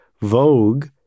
Vogue